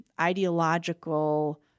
ideological